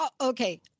Okay